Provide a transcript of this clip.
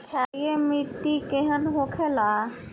क्षारीय मिट्टी केहन होखेला?